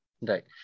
Right